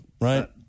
Right